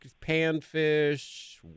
panfish